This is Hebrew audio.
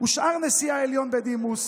ושאר נשיאי העליון בדימוס,